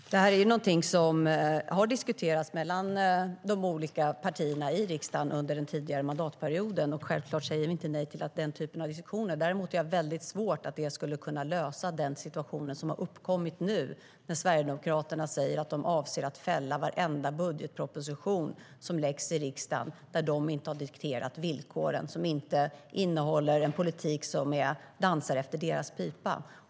Herr talman! Det är någonting som har diskuterats mellan de olika partierna i riksdagen under den tidigare mandatperioden. Självklart säger vi inte nej till den typen av diskussioner. Däremot har jag väldigt svårt att se att det skulle kunna lösa den situation som nu har uppkommit när Sverigedemokraterna säger att de avser att fälla varenda budgetproposition som läggs fram i riksdagen där de inte har dikterat villkoren och som inte innehåller en politik som dansar efter deras pipa.